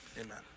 amen